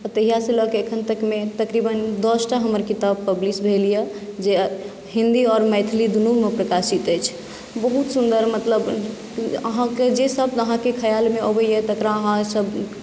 आ तहियासँ लऽ के एखन तकमे तकरीबन दस टा हमर किताब पब्लिश भेल यए जे हिन्दी आओर मैथिली दुनूमे प्रकाशित अछि बहुत सुन्दर मतलब अहाँकेँ जे सभ अहाँके खयालमे अबैए तकरा अहाँसभ